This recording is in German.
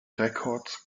records